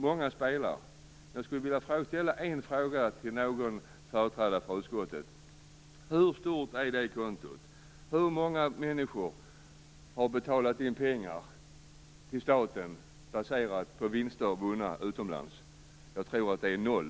Många spelar utomlands. Jag skulle vilja ställa en fråga till någon företrädare för utskottet. Hur stort är det kontot? Hur många människor har betalat in pengar till staten baserat på vinster vunna utomlands? Jag tror att det är noll.